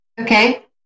Okay